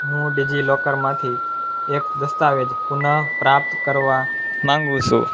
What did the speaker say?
હું ડિજિલોકરમાંથી એક દસ્તાવેજ પુનઃપ્રાપ્ત કરવા માગું છું